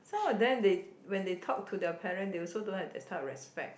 some of them they when they talk to their parent they also don't have that type of respect